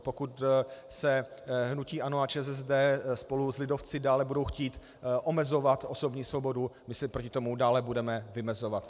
Pokud hnutí ANO a ČSSD spolu s lidovci dále budou chtít omezovat osobní svobodu, my se proti tomu dále budeme vymezovat.